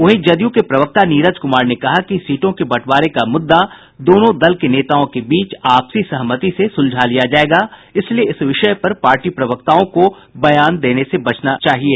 वहीं जदयू के प्रवक्ता नीरज कुमार ने कहा कि सीटों के बंटवारे का मुद्दा दोनों दल के नेताओं के बीच आपसी सहमति से सुलझा लिया जायेगा इसलिए इस विषय पर पार्टी प्रवक्ताओं को बयान देने से बचने को कहा गया है